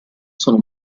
sono